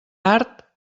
art